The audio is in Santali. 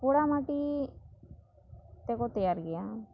ᱯᱳᱲᱟ ᱢᱟᱴᱤ ᱛᱮᱠᱚ ᱛᱮᱭᱟᱨ ᱜᱮᱭᱟ